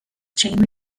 chain